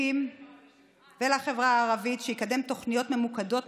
למיעוטים ולחברה הערבית שיקדם תוכניות ממוקדות,